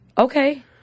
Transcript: Okay